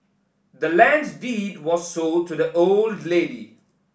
the land's deed was sold to the old lady